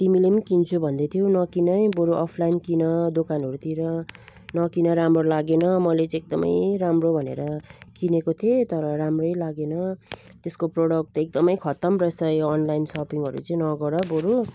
तिमीले किन्छु भन्दै थियौँ नकिन है बरु अफ लाइन किन दोकानहरूतिर नकिन राम्रो लागेन मैले चाहिँ एकदमै राम्रो भनेर किनेको थिएँ तर राम्रै लागेन त्यसको प्रडक्ट त एकदमै खतम रहेछ यो अनलाइन सपिङहरू चाहिँ नगर बरु